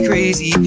Crazy